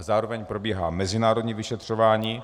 Zároveň probíhá mezinárodní vyšetřování.